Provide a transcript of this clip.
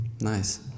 Nice